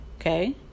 Okay